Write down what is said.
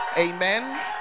Amen